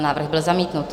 Návrh byl zamítnut.